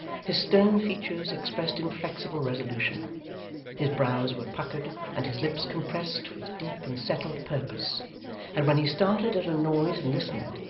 his stern features expressed inflexible resolution his brows were puckered, and his lips compressed, with deep and settled purpose and when he started at a noise and listened,